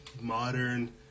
modern